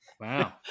Wow